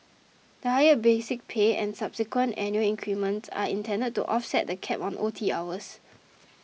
the higher basic pay and subsequent annual increments are intended to offset the cap on O T hours